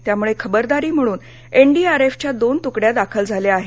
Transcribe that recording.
त्यामुळे खबरदारी म्हणून एनडीआरएफच्या दोन तुकड्या दाखल झाल्या आहेत